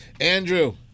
Andrew